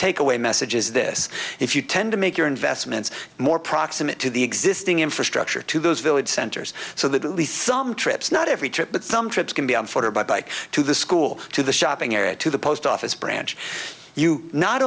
takeaway message is this if you tend to make your investments more proximate to the existing infrastructure to those village centers so that at least some trips not every trip but some trips can be on foot or by bike to the school to the shopping area to the post office branch you not